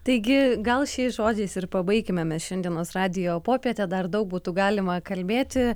taigi gal šiais žodžiais ir pabaikime mes šiandienos radijo popietę dar daug būtų galima kalbėti